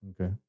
Okay